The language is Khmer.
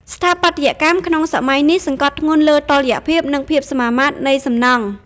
ស្ថាបត្យកម្មក្នុងសម័យនេះសង្កត់ធ្ងន់លើតុល្យភាព និងភាពសមមាត្រនៃសំណង់។